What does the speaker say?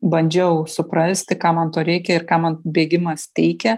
bandžiau suprasti ką man to reikia ir ką man bėgimas teikia